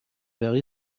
very